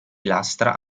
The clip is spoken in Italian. lastra